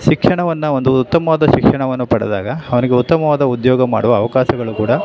ಶಿಕ್ಷಣವನ್ನು ಒಂದು ಉತ್ತಮವಾದ ಶಿಕ್ಷಣವನ್ನು ಪಡೆದಾಗ ಅವನಿಗೆ ಉತ್ತಮವಾದ ಉದ್ಯೋಗ ಮಾಡುವ ಅವಕಾಶಗಳು ಕೂಡ